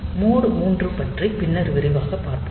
mode 3 பற்றி பின்னர் விரிவாக பார்ப்போம்